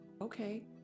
okay